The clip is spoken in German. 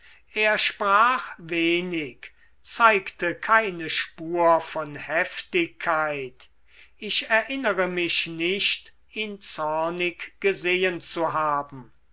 er sprach wenig zeigte keine spur von heftigkeit ich erinnere mich nicht ihn zornig gesehen zu haben